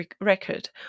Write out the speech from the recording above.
record